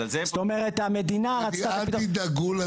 זאת אומרת, המדינה רצתה --- אל תדאגו למדינה.